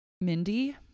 Mindy